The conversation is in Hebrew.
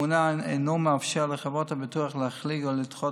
הממונה אינו מאפשר לחברות הביטוח להחריג או לדחות